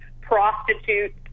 prostitutes